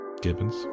Gibbons